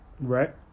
Right